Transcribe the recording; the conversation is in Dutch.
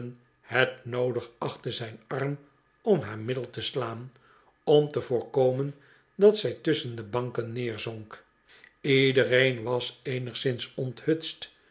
het noodig achtte zijn arm om haar middel te slaan om te voorkomen dat zij tusschen de banken neerzonk iedereen was eenigszins onthutst